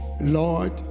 Lord